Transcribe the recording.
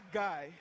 guy